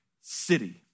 city